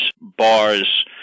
bars